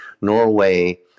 norway